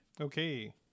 Okay